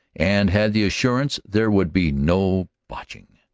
and had the assurance there would be no botching.